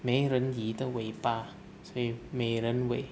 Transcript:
没人鱼的尾巴所以美人尾